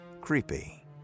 Creepy